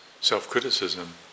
self-criticism